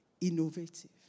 innovative